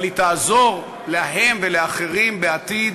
אבל היא תעזור להם ולאחרים בעתיד,